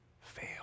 fail